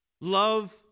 Love